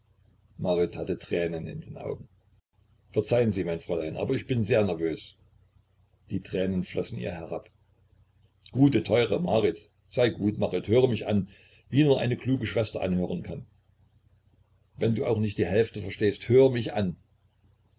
marit hatte tränen in den augen verzeihen sie mein fräulein aber ich bin sehr nervös die tränen flossen ihr herab gute teure marit sei gut marit höre mich an wie nur eine kluge schwester anhören kann wenn du auch nicht die hälfte verstehst höre mich an